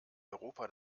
europa